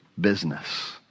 business